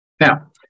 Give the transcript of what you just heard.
Now